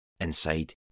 inside